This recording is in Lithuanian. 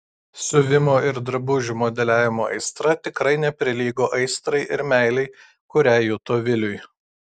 siuvimo ir drabužių modeliavimo aistra tikrai neprilygo aistrai ir meilei kurią juto viliui